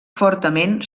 fortament